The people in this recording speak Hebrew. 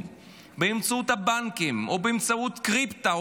באמצעות הבנקים או באמצעות קריפטו,